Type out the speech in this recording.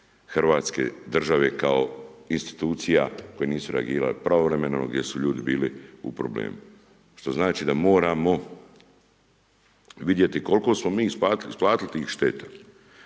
Hrvatske države kao institucija koje nisu reagirale pravovremeno gdje su ljudi bili u problemu. Što znači da moramo vidjeti koliko smo mi isplatili tih šteta.